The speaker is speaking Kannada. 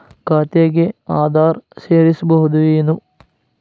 ಖಾತೆಗೆ ಆಧಾರ್ ಸೇರಿಸಬಹುದೇನೂ?